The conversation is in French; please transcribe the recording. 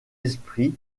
esprits